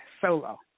solo